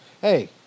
Hey